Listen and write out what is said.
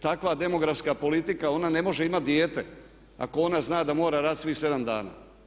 Takva demografska politika, ona ne može imati dijete ako ona zna da mora raditi svih 7 dana.